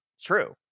true